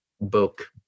book